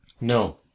No